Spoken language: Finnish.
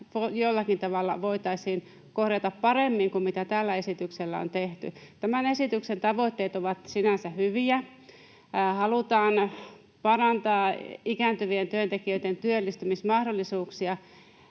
jollakin tavalla voitaisiin korjata paremmin kuin mitä tällä esityksellä on tehty. Tämän esityksen tavoitteet ovat sinänsä hyviä — halutaan parantaa ikääntyvien työntekijöitten työllistymismahdollisuuksia